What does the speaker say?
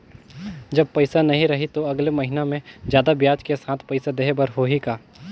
जब पइसा नहीं रही तो अगले महीना मे जादा ब्याज के साथ पइसा देहे बर होहि का?